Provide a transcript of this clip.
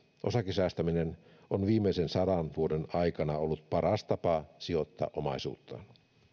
osakesäästäminen on viimeisen sadan vuoden aikana ollut paras tapa sijoittaa omaisuuttaan